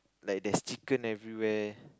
like there's chicken everywhere